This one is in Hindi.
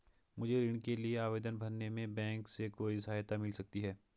मुझे ऋण के लिए आवेदन भरने में बैंक से कोई सहायता मिल सकती है?